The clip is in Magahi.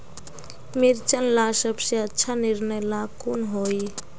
मिर्चन ला सबसे अच्छा निर्णय ला कुन होई?